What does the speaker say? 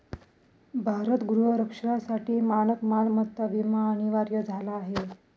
भारत गृह रक्षणासाठी मानक मालमत्ता विमा अनिवार्य झाला आहे